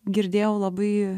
girdėjau labai